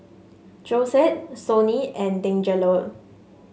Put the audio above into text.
Josette Sonny and Deangelo